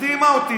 הדהימה אותי.